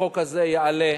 החוק הזה יעלה,